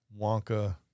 Wonka